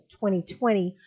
2020